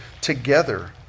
together